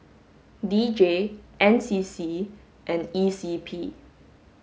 D J N C C and E C P